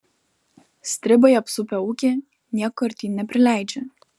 stribai apsupę ūkį nieko artyn neprileidžia